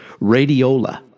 Radiola